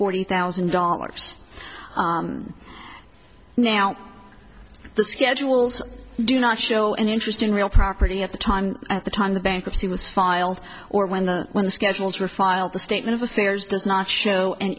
forty thousand dollars now the schedules do not show an interest in real property at the time at the time the bankruptcy was filed or when the when the schedules were filed the state of affairs does not show an